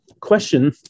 question